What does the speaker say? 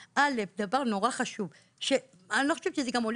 דבר מאוד חשוב - שאני לא חושבת שהוא עולה